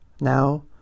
Now